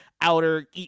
outer